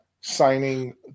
signing